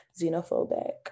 xenophobic